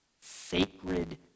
sacred